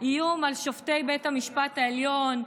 איום על שופטי בית המשפט העליון,